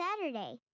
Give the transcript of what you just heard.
Saturday